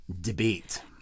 debate